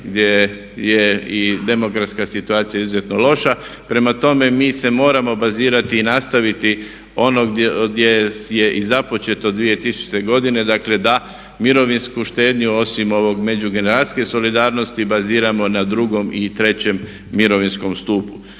gdje je i demografska situacija izuzetno loša. Prema tome, mi se moramo bazirati i nastaviti ono gdje je i započeto 2000.godine, dakle da mirovinsku štednju osim ovog međugeneracijske solidarnosti baziramo na drugom i trećem mirovinskom stupu.